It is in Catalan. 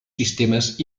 sistemes